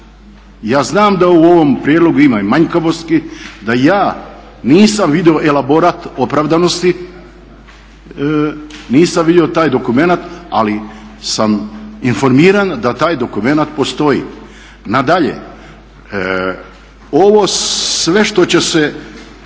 Ja znam da u ovom prijedlogu ima i manjkavosti, da ja nisam vidio elaborat opravdanosti, nisam vidio taj dokumenat ali sam informiran da taj dokumenat postoji. Nadalje, ovo sve što će se